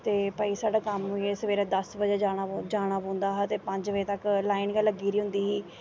ते भाई साढ़ा कम्म होई गेआ सवेरे दस बजे जाना जाना पौंदा हा ते पंज बजे तक लाइन गै लग्गी दी होंदी ही